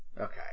Okay